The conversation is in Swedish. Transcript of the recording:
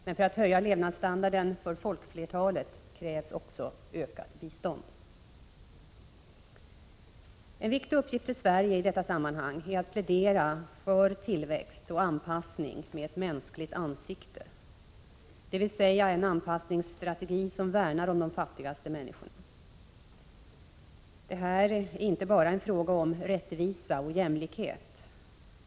Men för att höja levnadsstandarden för folkflertalet krävs också ökat bistånd. En viktig uppgift för Sverige i detta sammanhang är att plädera för tillväxt och anpassning med ett mänskligt ansikte, dvs. en anpassningsstrategi som värnar om de fattigaste människorna. Det är inte bara en fråga om rättvisa och jämlikhet.